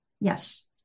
yes